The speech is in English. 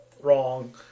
Wrong